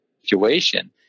situation